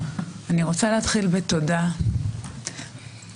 אני רוצה להתחיל בתודה להילה,